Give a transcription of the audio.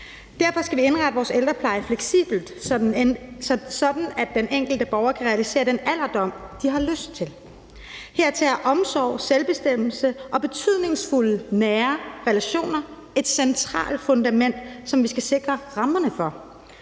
Derfor skal vi indrette vores ældrepleje fleksibelt, sådan at den enkelte borger kan realisere den alderdom, de har lyst til. Hertil er omsorg, selvbestemmelse og betydningsfulde, nære relationer et centralt fundament, som vi skal sikre rammerne for.